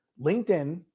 LinkedIn